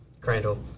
Crandall